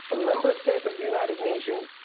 a member state of the united nations,